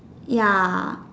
ya